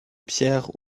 pierres